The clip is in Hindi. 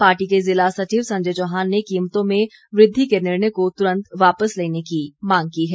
पार्टी के ज़िला सचिव संजय चौहान ने कीमतों में वृद्वि के निर्णय को तुरंत वापस लेने की मांग की है